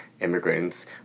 immigrants